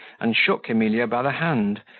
and shook emilia by the hand,